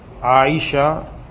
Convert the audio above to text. Aisha